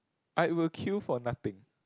I will queue for nothing